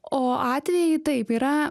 o atvejų taip yra